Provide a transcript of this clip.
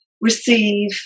receive